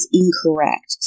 incorrect